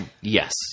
Yes